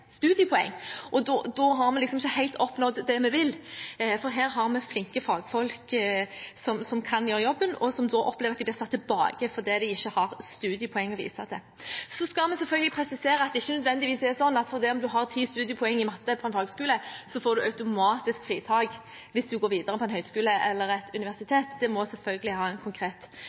Da har vi ikke oppnådd det vi vil, for her har vi flinke fagfolk som kan gjøre jobben, og som opplever at de blir satt tilbake fordi de ikke har studiepoeng å vise til. Så skal vi selvfølgelig presisere at det ikke nødvendigvis er slik at fordi en har 10 studiepoeng i matte fra en fagskole, får en automatisk fritak hvis en går videre på en høyskole eller et universitet. Det må selvfølgelig gjøres en konkret